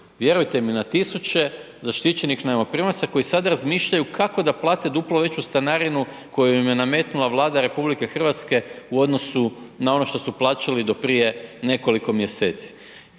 vjerujte mi, na tisuće zaštićenih najmoprimaca koji sad razmišljaju kako da plate duplo veću stanarinu koju im je nametnula Vlada RH u odnosu na ono što su plaćali do prije nekoliko mjeseci.